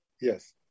Yes